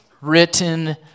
written